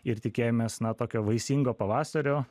ir tikėjomės na tokio vaisingo pavasario